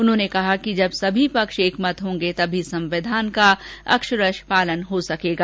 उन्होंने कहा कि जब सभी पक्ष एकमत होंगे तभी संविधान का अक्षरश पालन हो सकेगा